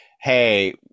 hey